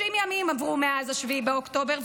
30 ימים עברו מאז 7 באוקטובר,